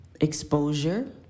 exposure